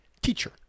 teacher